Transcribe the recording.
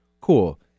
cool